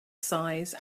size